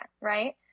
Right